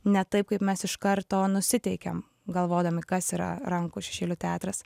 ne taip kaip mes iš karto nusiteikiam galvodami kas yra rankų šešėlių teatras